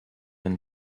been